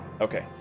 Okay